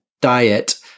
diet